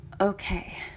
Okay